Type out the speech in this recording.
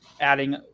adding